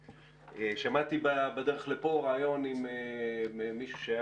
שמעתי בדרך לפה ריאיון עם מישהו שהיה